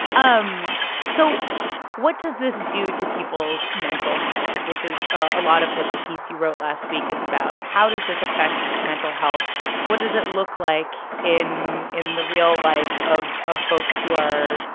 um so what does this do to people's mental health? which is a lot of what the piece you wrote last week is about. how does this affect mental health? what does it look like in in the real life of of folks who are,